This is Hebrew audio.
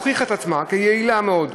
הוכיחה את עצמה כיעילה מאוד,